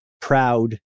proud